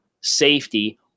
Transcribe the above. safety